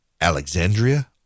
Alexandria